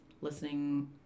listening